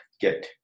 get